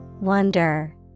Wonder